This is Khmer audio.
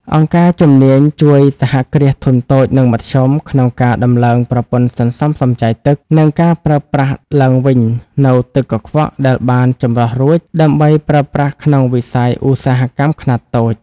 អង្គការជំនាញជួយ សហគ្រាសធុនតូច និងមធ្យម ក្នុងការដំឡើងប្រព័ន្ធសន្សំសំចៃទឹក និងការប្រើប្រាស់ឡើងវិញនូវទឹកកខ្វក់ដែលបានចម្រោះរួច ដើម្បីប្រើប្រាស់ក្នុងវិស័យឧស្សាហកម្មខ្នាតតូច។